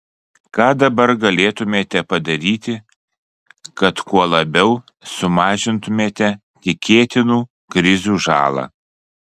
ką dabar galėtumėte padaryti kad kuo labiau sumažintumėte tikėtinų krizių žalą